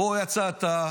פה יצאת,